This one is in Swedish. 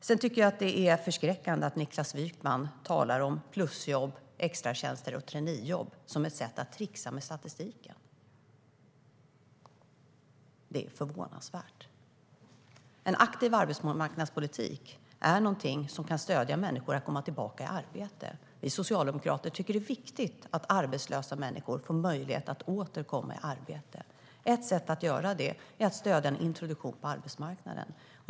Sedan tycker jag att det är förskräckande att Niklas Wykman talar om plusjobb, extratjänster och traineejobb som ett sätt att trixa med statistiken. Det är förvånansvärt. En aktiv arbetsmarknadspolitik är någonting som kan stödja människor att komma tillbaka i arbete. Vi socialdemokrater tycker att det är viktigt att arbetslösa människor får möjlighet att åter komma i arbete. Ett sätt att göra det är att stödja en introduktion på arbetsmarknaden.